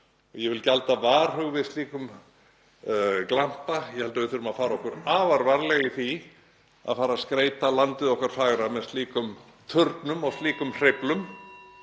Ég vil gjalda varhug við slíkum glampa. Ég held að við þurfum að fara okkur afar varlega í því að skreyta landið okkar fagra með slíkum turnum og hreyflum.